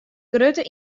grutte